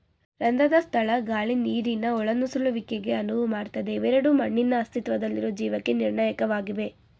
ರಂಧ್ರದ ಸ್ಥಳ ಗಾಳಿ ನೀರಿನ ಒಳನುಸುಳುವಿಕೆಗೆ ಅನುವು ಮಾಡ್ತದೆ ಇವೆರಡೂ ಮಣ್ಣಿನ ಅಸ್ತಿತ್ವದಲ್ಲಿರೊ ಜೀವಕ್ಕೆ ನಿರ್ಣಾಯಕವಾಗಿವೆ